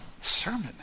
sermon